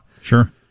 Sure